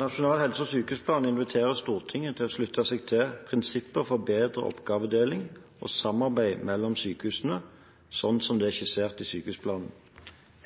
Nasjonal helse- og sykehusplan inviterer Stortinget til å slutte seg til prinsipper for bedre oppgavedeling og samarbeid mellom sykehusene, sånn som det er skissert i sykehusplanen.